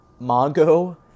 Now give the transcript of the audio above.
mongo